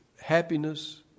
happiness